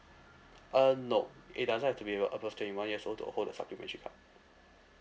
uh no it doesn't have to be your above twenty one years old to uh hold a supplementary card